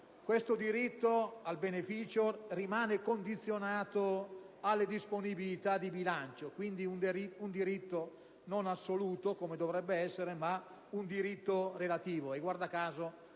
il diritto al beneficio rimane condizionato alle disponibilità di bilancio, quindi si tratta non di un diritto assoluto, come dovrebbe essere, ma di un diritto relativo